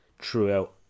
throughout